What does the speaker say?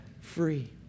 free